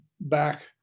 back